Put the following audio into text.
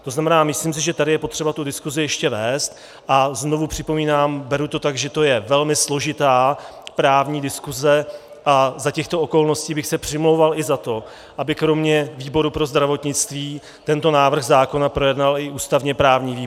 To znamená, myslím si, že tady je potřeba tu diskuzi ještě vést, a znova připomínám, beru to tak, že to je velmi složitá právní diskuze, a za těchto okolností bych se přimlouval i za to, aby kromě výboru pro zdravotnictví tento návrh zákona projednal i ústavněprávní výbor.